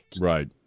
Right